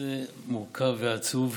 נושא מורכב ועצוב.